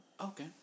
Okay